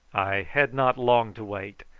i had not long to wait,